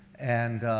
and,